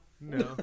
no